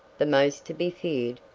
the most to be feared,